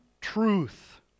truth